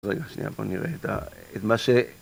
‫אז רגע שנייה, בואו נראה את מה ש...